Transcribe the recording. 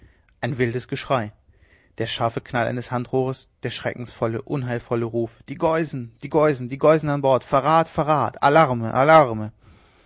ein wildes geschrei der scharfe knall eines handrohres der schreckensvolle unheilvolle ruf die geusen die geusen die geusen an bord verrat verrat all